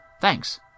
Thanks